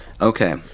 Okay